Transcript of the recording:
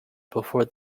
before